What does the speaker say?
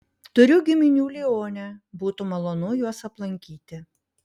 turiu giminių lione būtų malonu juos aplankyti